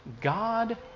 God